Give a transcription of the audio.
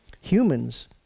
Humans